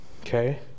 okay